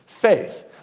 Faith